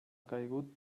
caigut